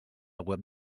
web